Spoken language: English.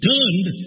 Turned